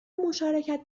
مشارکت